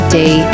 day